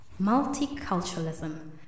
Multiculturalism